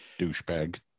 douchebag